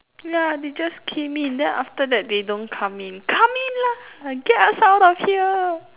ya they just came in then after that they don't come come in lah get us out of here